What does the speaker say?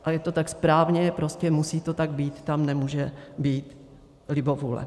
A je to tak správně, musí to tak být, tam nemůže být libovůle.